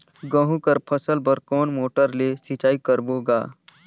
गहूं कर फसल बर कोन मोटर ले सिंचाई करबो गा?